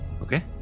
okay